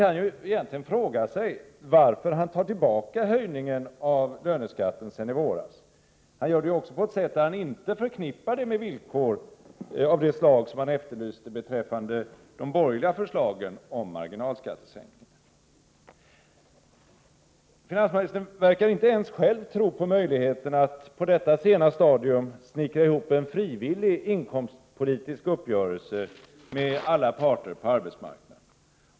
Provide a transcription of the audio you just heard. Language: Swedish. Man kan egentligen fråga sig varför finansministern tar tillbaka förslaget om höjning av löneskatten från i våras. Han gör det ju också på ett sådant sätt att han inte förknippar det med villkor av det slag som han efterlyste beträffande de borgerliga förslagen om marginalskattesänkningar. Finansministern verkar inte ens själv tro på möjligheten att på detta sena stadium snickra ihop en frivillig inkomstpolitisk uppgörelse med alla parter på arbetsmarknaden.